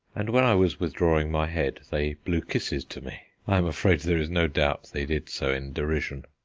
and when i was withdrawing my head they blew kisses to me. i am afraid there is no doubt they did so in derision.